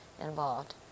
involved